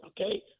okay